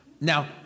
Now